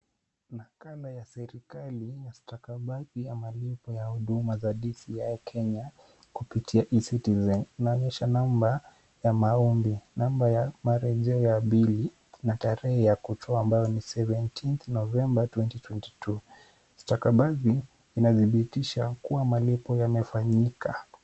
Nakala ya serikali ya stakabadhi ya malipo ya huduma za DCI Kenya kupitia e-citizen inaonyesha namba ya maombi, namba ya marejeo ya bili na tarehe ya kutoa ambayo ni seventeenth November, 2022 . Stakabadhi inadhibitisha kuwa malipo yamefanyika.